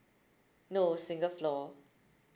no single floor